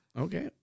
Okay